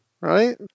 right